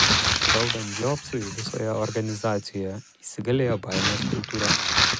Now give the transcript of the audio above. valdant džobsui visoje organizacijoje įsigalėjo baimės kultūra